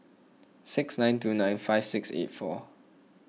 six nine two nine five six eight four